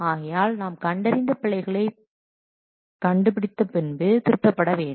ஆகையால் நாம் கண்டறிந்த பிழைகளை பின்பு கண்டிப்பாக திருத்தப்பட வேண்டும்